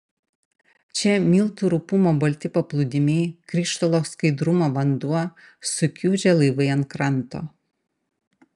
čia miltų rupumo balti paplūdimiai krištolo skaidrumo vanduo sukiužę laivai ant kranto